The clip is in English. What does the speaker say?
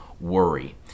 worry